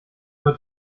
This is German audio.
nur